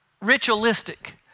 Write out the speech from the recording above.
ritualistic